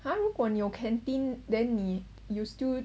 !huh! 如果你有 canteen then 你 you still